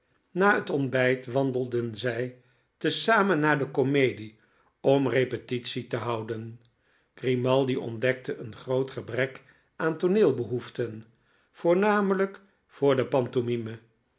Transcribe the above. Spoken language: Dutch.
na het ontbijt wandelden zij te zamen naar de komedie om repetitie tehouden grimaldi ontdekte een groot gebrek aan tooneelbehoeften voornamelijk voor de